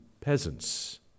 peasants